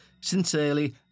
Sincerely